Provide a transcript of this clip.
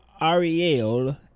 Ariel